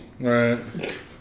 Right